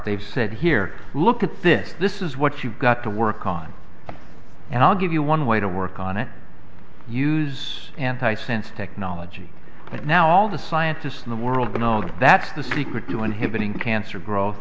they've said here look at this this is what you've got to work on and i'll give you one way to work on it use antisense technology but now all the scientists in the world know that's the secret to inhibiting cancer growth